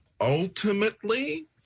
ultimately